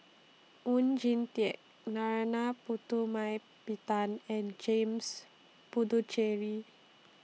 Oon Jin Teik Narana Putumaippittan and James Puthucheary